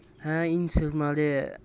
ᱦᱮᱸ ᱤᱧ ᱥᱮᱨᱢᱟᱨᱮ